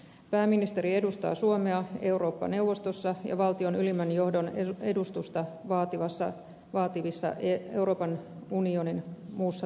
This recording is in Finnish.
pääministeri edustaa suomea eurooppa neuvostossa ja valtion ylimmän johdon edustusta vaativassa euroopan unionin muussa toiminnassa